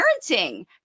Parenting